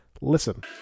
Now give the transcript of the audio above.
Listen